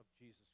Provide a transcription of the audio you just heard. Jesus